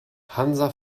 hansa